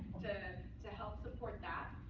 to to help support that.